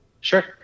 Sure